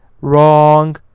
Wrong